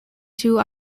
two